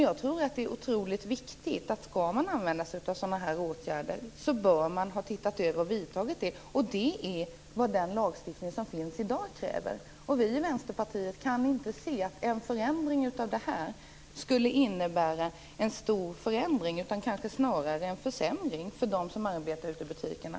Jag tror att det är oerhört viktigt att man, om man skall använda sådana här åtgärder, bör ha tittat över detta och vidtagit åtgärder i anslutning till det. Det är vad den lagstiftning som finns i dag kräver. Vi i Vänsterpartiet kan inte se att en förändring av det här skulle innebära en stor förbättring utan kanske snarare en försämring för dem som arbetar ute i butikerna.